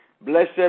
Blessed